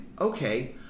okay